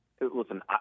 listen